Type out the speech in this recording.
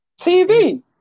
TV